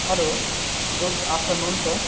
hello good afternoon sir